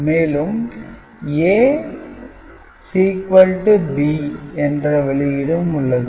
மேலும் A B என்ற வெளியீடும் உள்ளது